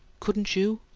couldn't you?